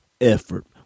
effort